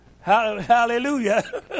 Hallelujah